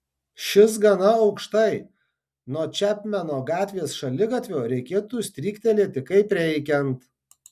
šis gana aukštai nuo čepmeno gatvės šaligatvio reikėtų stryktelėti kaip reikiant